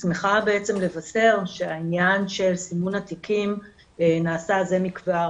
שמחה בעצם לבשר שהעניין של סימון התיקים נעשה זה מכבר,